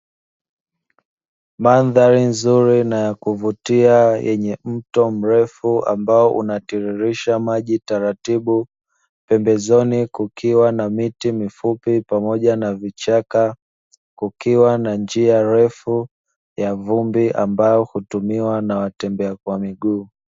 Mandhari nzuri na ya kuvutia yenye mto mrefu ambao unatiririsha maji taratibu, pembezoni kukiwa na miti mifupi pamoja na vichaka, kukiwa na njia refu ya vumbi ambayo hutumiwa na watembea kwa miguu.